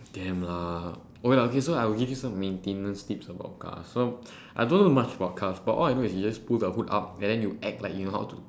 damn lah oh ya okay so I will give you some maintenance tips about cars so I don't know much about cars but all I know is you just pull the hood up and then you act like you know how to